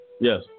Yes